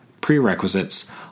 Prerequisites